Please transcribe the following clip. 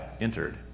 entered